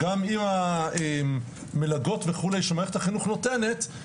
וגם עם המלגות וכו' שמערכת החינוך נותנת,